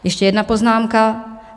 Ještě jedna poznámka.